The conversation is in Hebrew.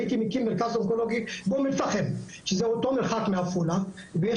הייתי מקים מרכז אונקולוגי באום אל פחם שזה אותו מרחק מעפולה ויש